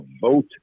vote